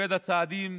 במוקד הצעדים,